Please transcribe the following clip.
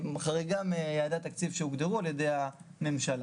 מיעדי התקציב שהוגדרו על ידי הממשלה.